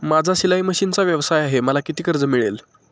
माझा शिलाई मशिनचा व्यवसाय आहे मला किती कर्ज मिळेल?